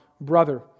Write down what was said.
brother